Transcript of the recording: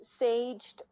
saged